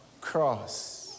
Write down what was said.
cross